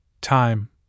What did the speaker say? time